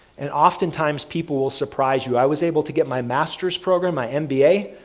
and oftentimes, people will surprise you. i was able to get my master's program, my mba,